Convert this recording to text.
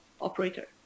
operator